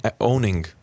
owning